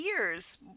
years